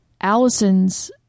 Allison's